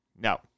No